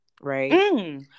right